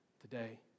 today